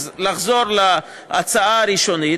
לחזור להצעה הראשונית,